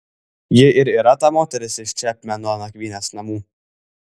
ji ir yra ta moteris iš čepmeno nakvynės namų